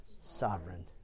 sovereign